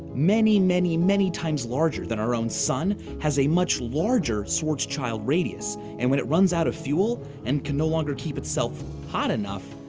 many, many, many times larger than our own sun, has a much larger schwartzchild radius, and when it runs out of fuel and can no longer keep itself hot enough,